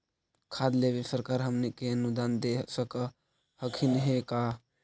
खाद लेबे सरकार हमनी के अनुदान दे सकखिन हे का?